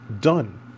done